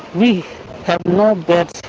we have no beds,